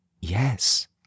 Yes